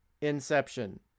inception